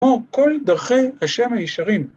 ‫או כל דרכי השם הישרים